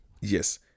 Yes